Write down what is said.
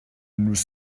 nous